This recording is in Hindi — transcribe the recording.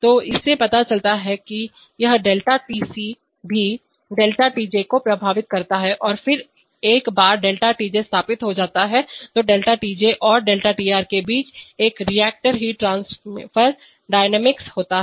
तो इससे पता चलता है कि यह ΔTC भी ΔTJ को प्रभावित करता है और फिर एक बार ΔTJ स्थापित हो जाता है तो ΔTJ और ΔTR के बीच एक रिएक्टर हीट ट्रांसफर डायनेमिक्स होता है